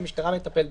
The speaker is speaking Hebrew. לטפל בזה.